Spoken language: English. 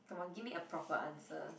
come on give me a proper answer